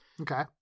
Okay